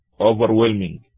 Overwhelming